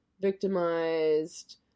victimized